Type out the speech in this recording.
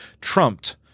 trumped